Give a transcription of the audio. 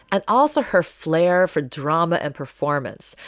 and also her flair for drama and performance,